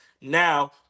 Now